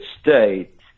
state